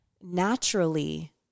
naturally